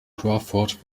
crawford